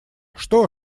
что